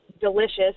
delicious